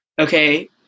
okay